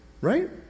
Right